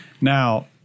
Now